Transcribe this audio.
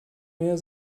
mehr